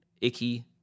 icky